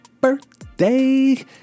birthday